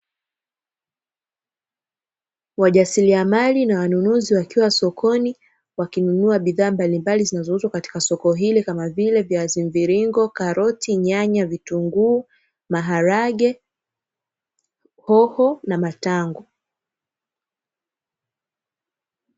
Wajasiriamali na wanunuzi, wakiwa sokoni wakinunua bidhaa mbalimbali zinazouzwa katika soko hili, kama vile: viazi mviringo, karoti, nyanya, vitunguu, maharage, hoho na matango.